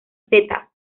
setas